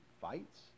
fights